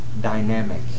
dynamic